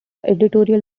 editorial